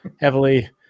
heavily